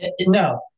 No